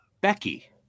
becky